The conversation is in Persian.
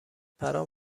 برام